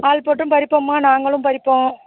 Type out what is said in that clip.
ஆள் போட்டும் பறிப்போம்மா நாங்களும் பறிப்போம்